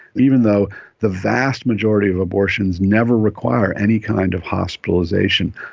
even though the vast majority of abortions never require any kind of hospitalisation.